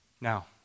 Now